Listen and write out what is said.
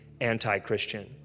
anti-Christian